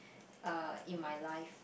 uh in my life